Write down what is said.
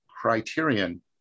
criterion